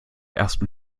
ersten